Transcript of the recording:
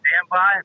standby